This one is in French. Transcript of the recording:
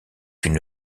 une